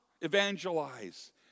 evangelize